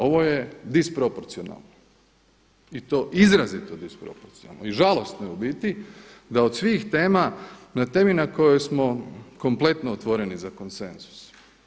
Ovo je disproporcionalno i to izrazito disproporcionalno i žalosno je u biti da od svih tema, na temi na kojoj smo kompletno otvoreni za konsenzus.